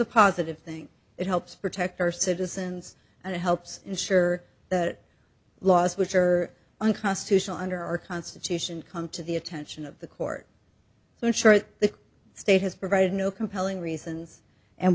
a positive thing it helps protect our citizens and helps ensure that laws which are unconstitutional under our constitution come to the attention of the court so i'm sure the state has provided no compelling reasons and